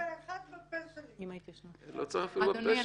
אדוני,